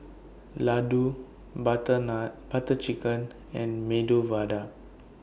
Ladoo Butter Chicken and Medu Vada